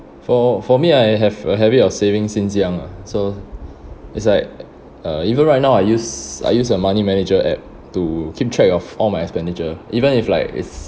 for for me I have a habit of saving since young ah so it's like uh even right now I use I use a money manager app to keep track of all my expenditure even if like it's